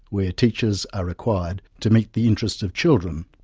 where teachers are required to meet the interests of children,